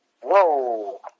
Whoa